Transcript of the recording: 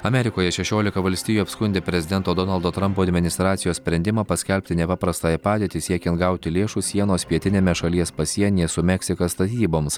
amerikoje šešiolika valstijų apskundė prezidento donaldo trampo administracijos sprendimą paskelbti nepaprastąją padėtį siekiant gauti lėšų sienos pietiniame šalies pasienyje su meksika statyboms